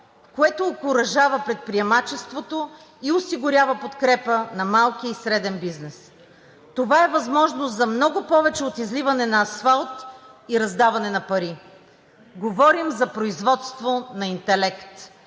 което окуражава предприемачеството и осигурява подкрепа на малкия и среден бизнес. Това е възможност за много повече от изливане на асфалт и раздаване на пари. Говорим за производство на интелект,